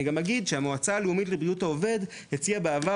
אני גם אגיד שהמועצה הרפואית לבריאות העובד הציעה בעבר